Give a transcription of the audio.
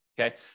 Okay